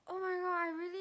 oh-my-god I really